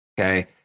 okay